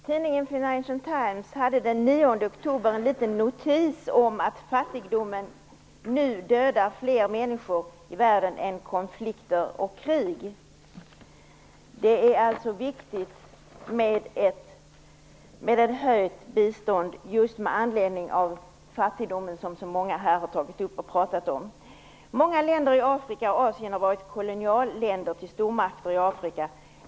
Herr talman! Tidningen Financial Times hade den 9 oktober en liten notis om att fattigdomen nu dödar fler människor i världen än konflikter och krig. Det är alltså viktigt med ett höjt bistånd just med anledning av fattigdomen, som så många har pratat om här. Många länder i Afrika och Asien har varit kolonier till stormakter.